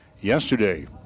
yesterday